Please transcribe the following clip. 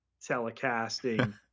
telecasting